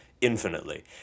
infinitely